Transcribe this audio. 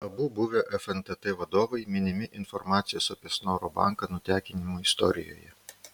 abu buvę fntt vadovai minimi informacijos apie snoro banką nutekinimo istorijoje